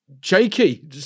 Jakey